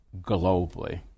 globally